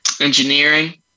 engineering